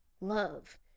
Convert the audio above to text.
love